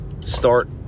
start